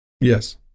Yes